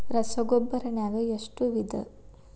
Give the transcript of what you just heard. ರಸಗೊಬ್ಬರ ನಾಗ್ ಎಷ್ಟು ವಿಧ?